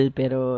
pero